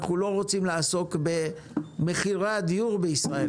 אנחנו לא רוצים לעסוק במחירי הדיור בישראל.